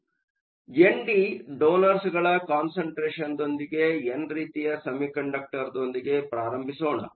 ಆದ್ದರಿಂದ ಎನ್ಡಿ ಡೋನರ್ಸಗಳ ಕಾನ್ಸಂಟ್ರೇಷನ್ದೊಂದಿಗೆ ಎನ್ ರೀತಿಯ ಸೆಮಿಕಂಡಕ್ಟರ್ ದೊಂದಿಗೆ ಪ್ರಾರಂಭಿಸೋಣ